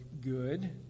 good